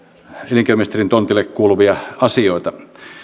elinkeinoministerin tontille kuuluvia asioita